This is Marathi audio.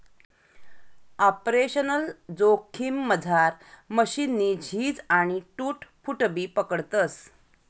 आपरेशनल जोखिममझार मशीननी झीज आणि टूट फूटबी पकडतस